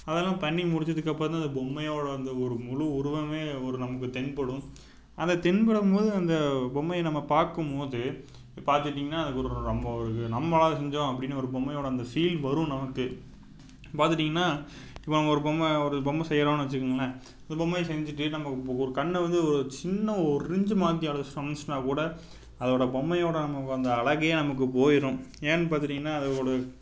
அதெல்லாம் பண்ணி முடிச்சதுக்கப்புறம் தான் அந்த பொம்மையோட அந்த ஒரு முழு உருவமே ஒரு நமக்கு தென்படும் அந்த தென்படும் போது அந்த பொம்மையை நம்ம பார்க்கும் போது பார்த்துட்டீங்கன்னா அதுக் ஒர் ரொம்ப ஒரு நம்மளா செஞ்சோம் அப்படின்னு ஒரு பொம்மையோட அந்த ஃபீல் வரும் நமக்கு பார்த்துட்டீங்கனா இவன் ஒரு பொம்மை ஒரு பொம்மை செய்கிறோன்னு வச்சிக்குங்களேன் இந்த பொம்மையை செஞ்சிட்டு நம்ம இப்போ ஒரு கண்ணை வந்து ஓ சின்ன ஒர் இன்ச்சு மாற்றி அடிச்ட்டம்ச்சுனாக்கூட அதோட பொம்மையோட நமக்கு அந்த அழகே நமக்கு போயிடும் ஏன்னு பார்த்துட்டீங்கனா அதை ஓட